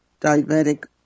diabetic